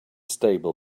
stable